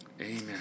Amen